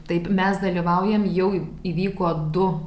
taip mes dalyvaujam jau įvyko du